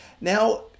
now